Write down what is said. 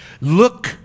look